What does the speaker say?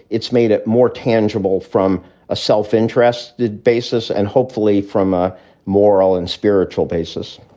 it's made it more tangible from a self-interested basis and hopefully from a moral and spiritual basis